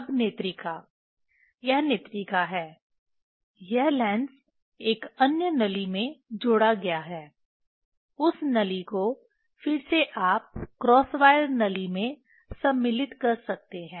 अब नेत्रिका यह नेत्रिका है यह लेंस एक अन्य नली में जोड़ा गया है उस नली को फिर से आप क्रॉस वायर नली में सम्मिलित कर सकते हैं